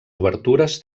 obertures